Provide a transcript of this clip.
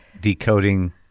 decoding